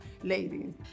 ladies